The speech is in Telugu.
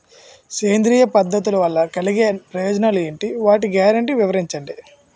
సేంద్రీయ పద్ధతుల వలన కలిగే ప్రయోజనాలు ఎంటి? వాటి గ్యారంటీ వివరించండి?